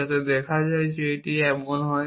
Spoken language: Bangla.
যাতে দেখা যায় যে এটি এমন নয়